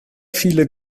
viele